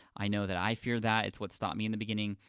i know that i fear that, it's what stopped me in the beginning,